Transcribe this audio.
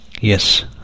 Yes